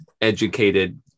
educated